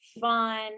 fun